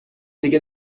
دیگه